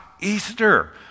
Easter